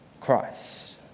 Christ